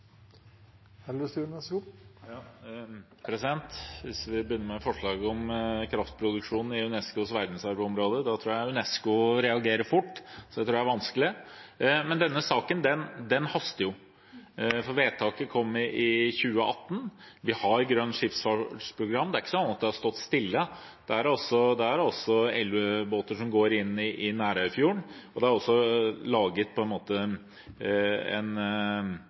Hvis vi begynner med forslaget om kraftproduksjon i UNESCOs verdensarvområde: Da tror jeg UNESCO reagerer fort, så det tror jeg er vanskelig. Men denne saken haster jo, for vedtaket kom i 2018. Vi har Grønt Skipsfartsprogram. Det er ikke sånn at det har stått stille. Det er elleve båter som går inn i Nærøyfjorden, og det er også laget